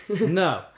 No